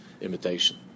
imitation